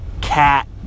Cat